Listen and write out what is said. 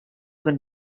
been